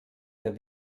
der